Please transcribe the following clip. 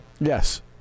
Yes